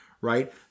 right